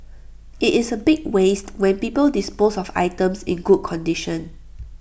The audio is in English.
IT is A big waste when people dispose of items in good condition